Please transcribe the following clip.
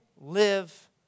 live